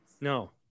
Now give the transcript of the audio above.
No